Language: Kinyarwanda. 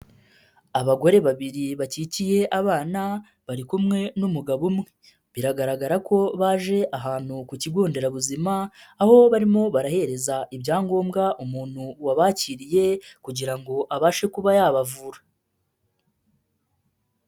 Abagore babiri bakikiye abana, bari kumwe n'umugabo umwe, biragaragara ko baje ahantu ku kigo nderabuzima, aho barimo barahereza ibyangombwa umuntu wabakiriye kugira ngo abashe kuba yabavura.